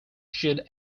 should